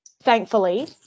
Thankfully